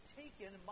taken